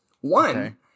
one